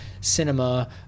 cinema